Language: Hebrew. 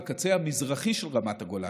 בקצה המזרחי של רמת הגולן,